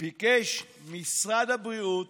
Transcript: ביקש משרד הבריאות